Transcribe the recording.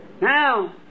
Now